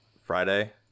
Friday